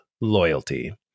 loyalty